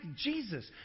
Jesus